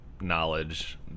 knowledge